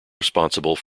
responsible